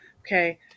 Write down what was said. Okay